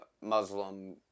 Muslim